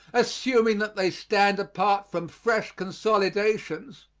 assuming that they stand apart from fresh consolidations,